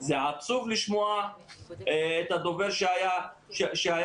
זה עצוב לשמוע את הדובר לפני.